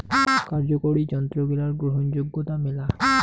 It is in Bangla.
কার্যকরি যন্ত্রগিলার গ্রহণযোগ্যতা মেলা